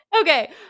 Okay